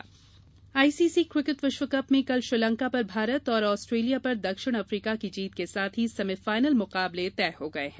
cricket विश्व cup ICC cricket विश्वकप में कल श्रीलंका पर भारत और ऑस्ट्रेलिया पर दक्षिण अफ्रीका की जीत के साथ ही सेमी फाइनल मुकाबले तय हो गये हैं